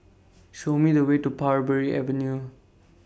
Show Me The Way to Parbury Avenue